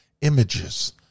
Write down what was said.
images